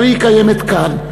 אבל היא קיימת כאן.